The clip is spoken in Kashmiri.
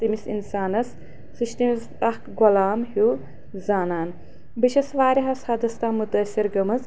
تٔمِس انسانس سُہ چھُ تٔمِس اکھ غۄلام ہیوٗ زانان بہٕ چھس واریہس حدس تام مُتٲثر گٔمٕژ